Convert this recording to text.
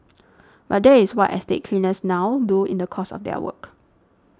but that is what estate cleaners now do in the course of their work